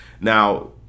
Now